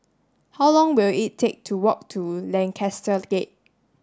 how long will it take to walk to Lancaster Gate